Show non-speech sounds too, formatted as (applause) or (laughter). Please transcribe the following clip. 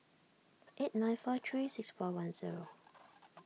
(noise) eight nine four three six four one zero